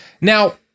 Now